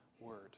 Word